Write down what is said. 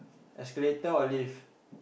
escalator or lift